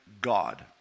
God